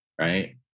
right